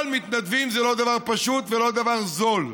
בכלל, מתנדבים זה לא דבר פשוט ולא דבר זול,